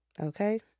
Okay